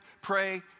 pray